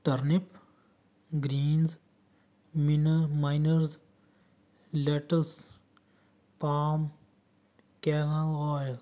turnip greens min miner salads palm canola oils